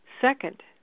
Second